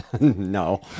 No